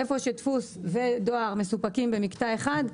איפה שדפוס ודואר מסופקים במקטע אחד,